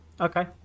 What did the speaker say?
Okay